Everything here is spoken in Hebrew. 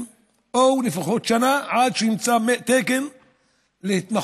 או לפחות שנה עד שימצא תקן להתמחות?